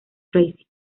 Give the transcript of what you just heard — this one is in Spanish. tracy